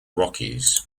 rockies